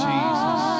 Jesus